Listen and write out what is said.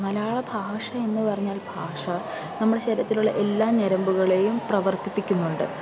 മലയാള ഭാഷ എന്ന് പറഞ്ഞാൽ ഭാഷ നമ്മുടെ ശരീരത്തിലൊള്ള എല്ലാ ഞരമ്പുകളെയും പ്രവർത്തിപ്പിക്കുന്നുണ്ട്